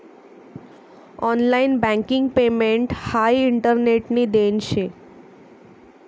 online banking payment हाई इंटरनेटनी देन शे